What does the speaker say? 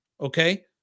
okay